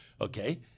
Okay